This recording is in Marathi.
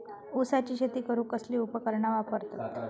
ऊसाची शेती करूक कसली उपकरणा वापरतत?